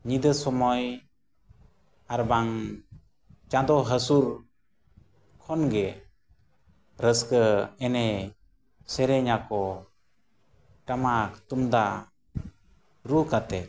ᱧᱤᱫᱟᱹ ᱥᱚᱢᱚᱭ ᱟᱨ ᱵᱟᱝ ᱪᱟᱸᱫᱚ ᱦᱟᱹᱥᱩᱨ ᱠᱷᱚᱱᱜᱮ ᱨᱟᱹᱥᱠᱟᱹ ᱮᱱᱮᱡᱼᱥᱮᱨᱮᱧᱟᱠᱚ ᱴᱟᱢᱟᱠ ᱛᱩᱢᱫᱟᱜ ᱨᱩ ᱠᱟᱛᱮᱫ